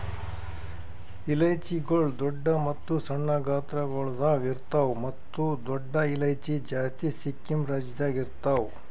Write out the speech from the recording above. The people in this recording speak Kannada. ಇಲೈಚಿಗೊಳ್ ದೊಡ್ಡ ಮತ್ತ ಸಣ್ಣ ಗಾತ್ರಗೊಳ್ದಾಗ್ ಇರ್ತಾವ್ ಮತ್ತ ದೊಡ್ಡ ಇಲೈಚಿ ಜಾಸ್ತಿ ಸಿಕ್ಕಿಂ ರಾಜ್ಯದಾಗ್ ಇರ್ತಾವ್